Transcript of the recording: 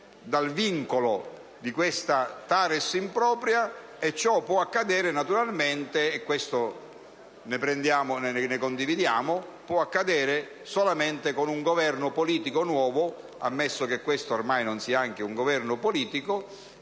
dal vincolo di questa TARES impropria, e ciò può accadere naturalmente - cosa che condividiamo - solamente con un Governo politico nuovo, ammesso che questo ormai non sia anche un Governo politico,